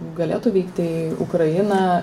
galėtų vykti į ukrainą